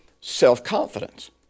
self-confidence